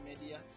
media